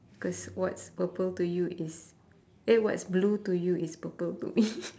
cause what's purple to you is eh what's blue to you is purple to me